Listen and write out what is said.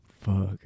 Fuck